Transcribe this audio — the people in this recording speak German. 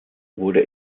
wurde